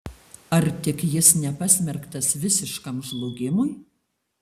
ar tik jis nepasmerktas visiškam žlugimui